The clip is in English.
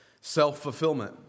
self-fulfillment